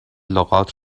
لغات